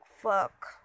fuck